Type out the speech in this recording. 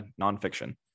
nonfiction